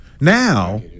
Now